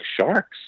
sharks